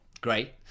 Great